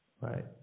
right